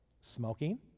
smoking